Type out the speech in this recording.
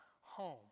home